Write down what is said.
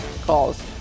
calls